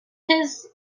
his